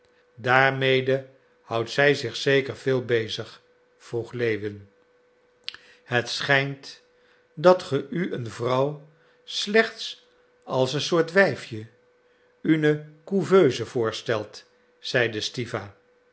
daarmede houdt zij zich zeker veel bezig vroeg lewin het schijnt dat ge u een vrouw slechts als een soort wijfje une couveuse voorstelt zeide stiwa